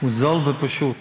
הוא זול ופשוט